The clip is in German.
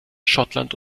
schottland